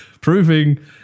Proving